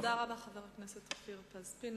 תודה רבה, חבר הכנסת אופיר פז-פינס.